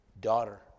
Daughter